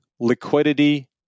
liquidity